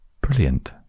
Brilliant